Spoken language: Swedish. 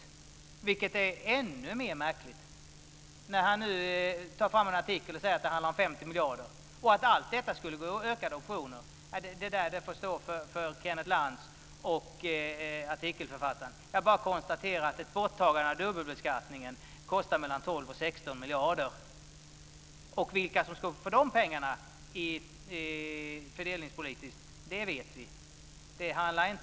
Detta framstår som ännu mer märkligt när Kenneth Lantz nu tar fram en artikel och säger att det handlar om 50 miljarder. Allt detta skulle gå åt till ökade optioner. Detta får stå för Kenneth Lantz och artikelförfattaren. Jag konstaterar bara att ett borttagande av dubbelbeskattningen skulle kosta mellan 12 och 16 miljarder. Vilka som fördelningspolitiskt skulle få stå för de pengarna vet vi.